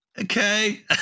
okay